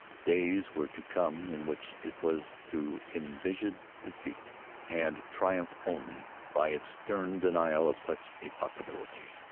days were to come in which it was to envisage defeat and triumph only by its stern denial of such a possibility.